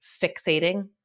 fixating